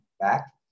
back